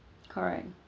correct